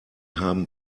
haben